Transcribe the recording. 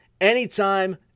anytime